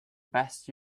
best